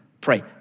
pray